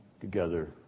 together